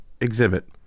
exhibit